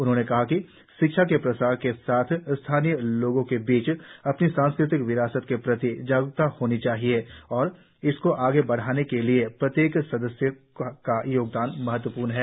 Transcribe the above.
उन्होंने कहा कि शिक्षा के प्रसार के साथ स्थानीय लोगों के बीच अपनी सांस्कृतिक विरासत के प्रति जागरुकता होनी चाहिए और इसकों आगे बढ़ाने के लिए प्रत्येक सदस्य का योगदान महत्वपूर्ण हैं